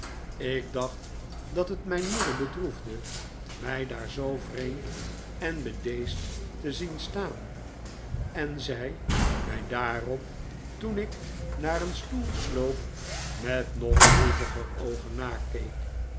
ik dacht dat het mijn moeder bedroefde mij daar zoo vreemd en bedeesd te zien staan en zij mij daarop toen ik naar een stoel sloop met nog droeviger oogen nakeek